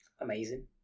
Amazing